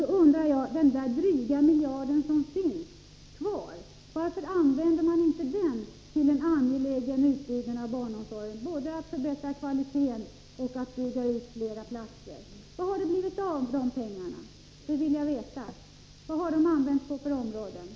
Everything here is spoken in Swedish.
Då undrar jag: Varför använder man inte den miljard man har kvar till en angelägen utbyggnad av barnomsorgen, både för att förbättra kvaliteten och för att inrätta fler platser? Vad har det blivit av de pengarna? Det vill jag veta. På vilka områden har de använts?